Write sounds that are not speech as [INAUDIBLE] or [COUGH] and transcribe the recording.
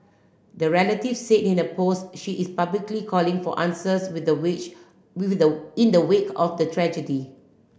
the relative said in the post she is publicly calling for answers in the which in [UNINTELLIGIBLE] in the wake of the tragedy